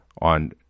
on